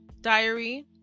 diary